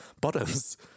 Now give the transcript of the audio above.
bottoms